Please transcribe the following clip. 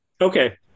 okay